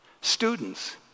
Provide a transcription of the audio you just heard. Students